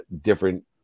different